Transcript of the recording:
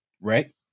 right